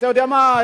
אתה יודע מה,